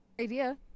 idea